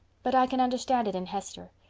but i can understand it in hester.